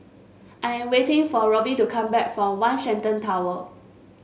I am waiting for Robbie to come back from One Shenton Tower